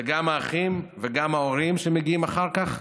זה גם האחים וגם ההורים שמגיעים אחר כך,